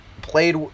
played